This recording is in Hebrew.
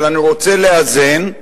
אבל אני רוצה לאזן.